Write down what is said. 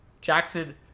Jackson